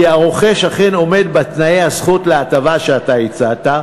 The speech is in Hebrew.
כי הרוכש אכן עומד בתנאי הזכאות להטבה שאתה הצעת,